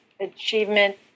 achievement